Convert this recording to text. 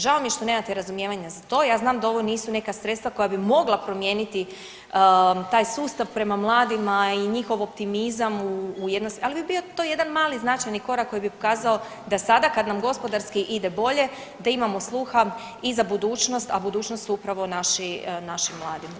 Žao mi je što nemate razumijevanja za to, ja znam da ovo nisu neka sredstva koja bi mogla promijeniti taj sustav prema mladima i njihov optimizam, ali bi bio to jedan mali značajni korak koji bi ukazao da sada kad nam gospodarski ide bolje da imamo sluha i za budućnost, a budućnost su upravo naši mladi.